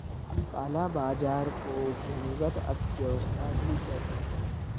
काला बाजार को भूमिगत अर्थव्यवस्था भी कहते हैं